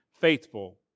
faithful